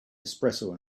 espresso